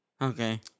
Okay